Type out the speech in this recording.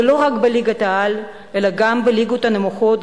ולא רק בליגת-העל אלא גם בליגות הנמוכות,